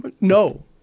No